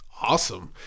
awesome